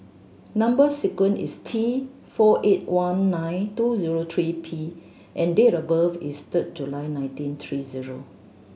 number sequence is T four eight one nine two zero three P and date of birth is third July nineteen three zero